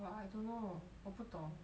!wah! I don't know 我不懂